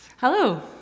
Hello